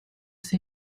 say